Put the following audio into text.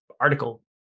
article